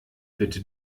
bitte